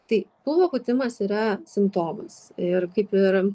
tai pilvo pūtimas yra simptomas ir kaip ir